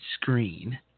screen